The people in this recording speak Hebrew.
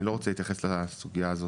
אני לא רוצה להתייחס לסוגיה הזו.